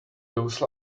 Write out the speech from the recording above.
those